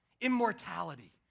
immortality